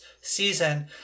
season